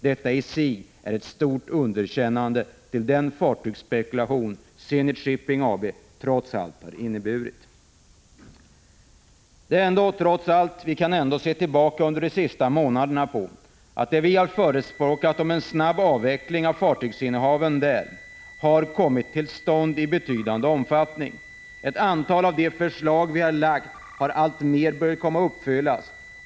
Detta innebär ett stort underkännande av den fartygsspekulation Zenit Shipping AB trots allt har inneburit. Trots allt kan vi ändå se tillbaka på att det vi har förespråkat om en snabb avveckling av fartygsinnehaven under de senaste månaderna har kommit till stånd i betydande omfattning. Ett antal av de förslag som vi har lagt fram har alltmer börjat komma att uppfyllas.